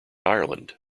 ireland